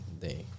day